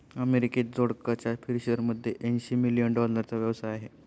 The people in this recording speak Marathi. अमेरिकेत जोडकचा फिशरीमध्ये ऐंशी मिलियन डॉलरचा व्यवसाय आहे